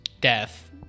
death